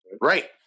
right